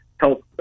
help